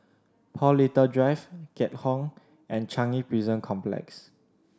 Paul Little Drive Keat Hong and Changi Prison Complex